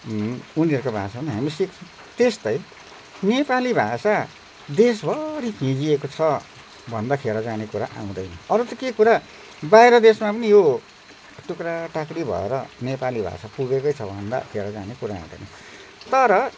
उनीहरूको भाषा पनि हामी सिक्छौँ त्यस्तै नेपाली भाषा देशभरि फिँजिएको छ भन्दा खेरो जाने कुरा आउँदैन अरू त के कुरा बाहिर देशमा पनि यो टुक्राटाक्री भएर नेपाली भाषा पुगेकै छ भन्दा खेरो जाने कुरा आउँदैन तर